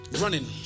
running